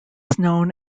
known